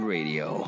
Radio